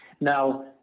Now